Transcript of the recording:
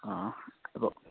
अँ अब